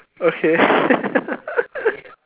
okay